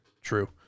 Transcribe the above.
True